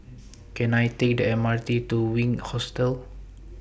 Can I Take The M R T to Wink Hostel